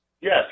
yes